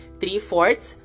three-fourths